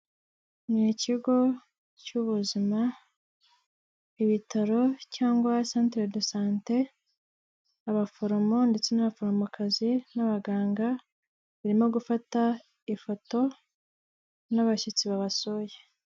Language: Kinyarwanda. Ni ikigo cy'ubuzima ibitaro cyangwa santire de sante abaforomo ndetse n'abaforomokazi n'abaganga barimo gufata ifoto n'abashyitsi babasuye.